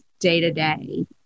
day-to-day